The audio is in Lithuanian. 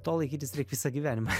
to laikytis reik visą gyvenimą